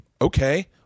Okay